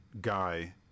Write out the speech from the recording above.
guy